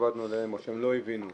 עבדנו עליהם, או שהם לא הבינו.